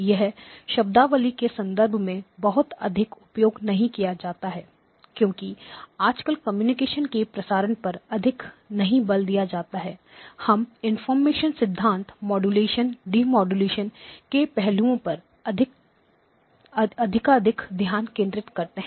यह शब्दावली के संदर्भ में बहुत अधिक उपयोग नहीं किया जाता है क्योंकि आजकल कम्युनिकेशन के प्रसारण पर अधिक नहीं बल दिया जाता है हम इनफार्मेशन सिद्धांत मॉडुलेशन डीमॉडुलेशन के पहलुओं पर अधिकाधिक ध्यान केंद्रित करते हैं